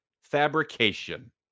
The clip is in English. fabrication